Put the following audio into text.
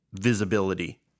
visibility